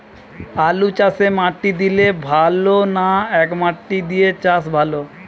আলুচাষে মাটি দিলে ভালো না একমাটি দিয়ে চাষ ভালো?